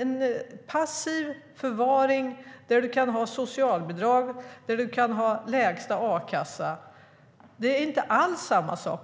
en passiv förvaring där du kan ha socialbidrag och lägsta a-kassa. Det är inte alls samma sak.